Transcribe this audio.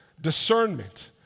discernment